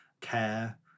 care